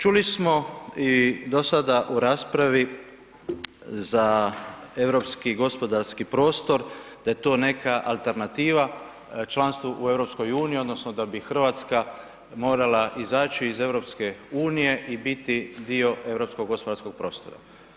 Čuli smo i do sada u raspravi za europski gospodarski prostor da je to neka alternativa članstvu u EU-u odnosno da bi Hrvatska moral izaći iz EU-a i biti dio europskog gospodarskog prostora.